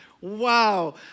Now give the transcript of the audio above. Wow